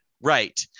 Right